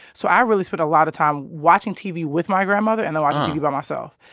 so i really spent a lot of time watching tv with my grandmother and then watching tv by myself.